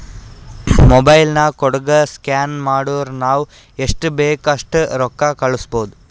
mobile ನಾಗ್ ಕೋಡ್ಗ scan ಮಾಡುರ್ ನಾವ್ ಎಸ್ಟ್ ಬೇಕ್ ಅಸ್ಟ್ ರೊಕ್ಕಾ ಕಳುಸ್ಬೋದ್